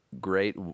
great